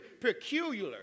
peculiar